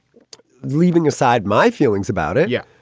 leaving aside my feelings about it. yeah.